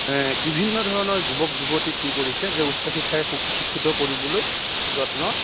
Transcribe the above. বিভিন্ন ধৰণৰ যুৱক যুৱতীক কি কৰিছে যে উচ্চ শিক্ষাৰে সু শিক্ষিত কৰিবলৈ যত্ন